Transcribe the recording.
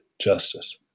justice